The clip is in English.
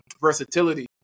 versatility